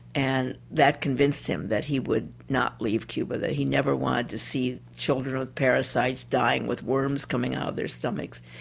and that convinced him that he would not leave cuba, he never wanted to see children with parasites dying with worms coming out of their stomachs.